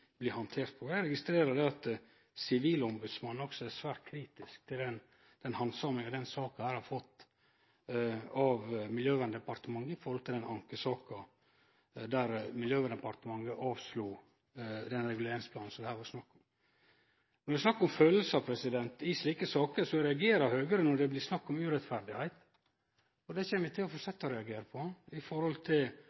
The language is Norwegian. blir handterte på. Eg registrerer at Sivilombodsmannen også er svært kritisk til den handsaminga denne saka har fått av Miljøverndepartementet kva angår ankesaka, der Miljøverndepartementet avslo den reguleringsplanen som det her var snakk om. Når det er snakk om følelsar: I slike saker reagerer Høgre, når det blir snakk om urett. Det kjem vi til å